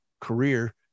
career